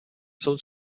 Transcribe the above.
some